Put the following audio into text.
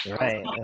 Right